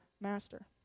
master